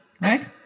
right